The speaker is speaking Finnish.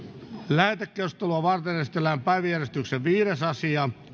lähetekeskustelua varten esitellään päiväjärjestyksen viides asia